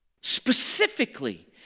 Specifically